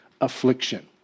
affliction